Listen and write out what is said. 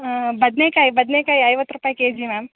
ಹಾಂ ಬದ್ನೇಕಾಯಿ ಬದ್ನೇಕಾಯಿ ಐವತ್ತು ರೂಪಾಯಿ ಕೆಜಿ ಮ್ಯಾಮ್